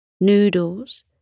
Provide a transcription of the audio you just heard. noodles